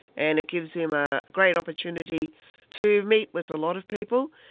and it gives him a great opportunity to meet with a lot of people.